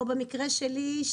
או במקרה שלי,